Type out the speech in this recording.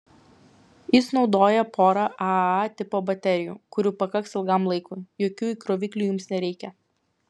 jis naudoja porą aaa tipo baterijų kurių pakaks ilgam laikui jokių įkroviklių jums nereikia